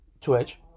Twitch